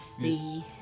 see